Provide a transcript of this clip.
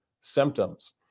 symptoms